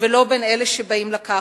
ולא בין אלה שבאים לקחת.